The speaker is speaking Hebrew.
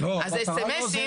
אז הודעות SMS,